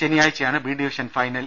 ശനിയാഴ്ചയാണ് B division final